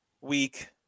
week